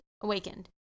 awakened